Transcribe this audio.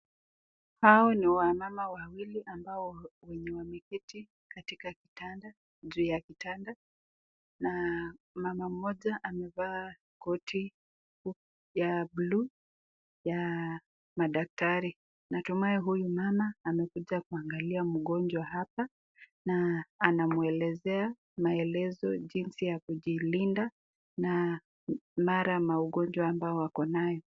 Hao ni wamama wawili ambao wenye wameketi katika kitanda juu ya kitanda na mama mmoja amevaa koti ya buluu ya madaktari, natumahi huyu mama amekuja kuangalia mgonjwa hapa na anamwelezea maelezo jinsi ya kujilinda na mara magonjwa ambayo wakonayo.